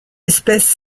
espèces